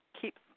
Keep